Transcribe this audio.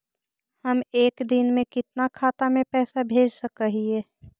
हम एक दिन में कितना खाता में पैसा भेज सक हिय?